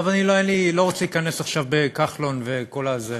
אני לא רוצה להיכנס עכשיו בכחלון וכל זה,